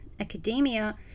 academia